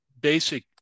basic